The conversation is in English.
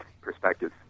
perspective